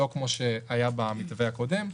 לא כמו שהיה במתווה הקודם,